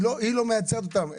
היא לא מייצרת אותן,